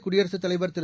குடியரசுத் தலைவர் திரு